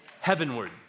heavenward